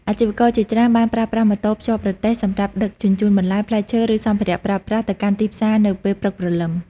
អាជីវករជាច្រើនបានប្រើប្រាស់ម៉ូតូភ្ជាប់រទេះសម្រាប់ដឹកជញ្ជូនបន្លែ ផ្លែឈើ ឬសម្ភារៈប្រើប្រាស់ទៅកាន់ទីផ្សារនៅពេលព្រឹកព្រលឹម។